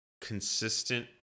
consistent